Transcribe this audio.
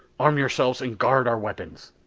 arm yourselves and guard our weapons.